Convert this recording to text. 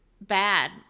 bad